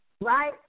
right